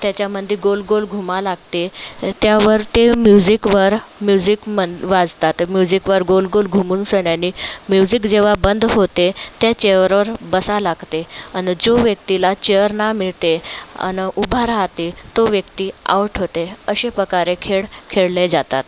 त्याच्यामधे गोलगोल घुमा लागते त्यावर ते म्युझिकवर म्युझिक मं वाजतात त्या म्युझिकवर गोलगोल घुमूनसन्यानी म्युझिक जेव्हा बंद होते त्या चेअरवर बसा लागते आणि जो व्यक्तीला चेअर ना मिळते आणि उभा राहाते तो व्यक्ती आऊट होते अशा प्रकारे खेळ खेळले जातात